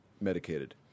medicated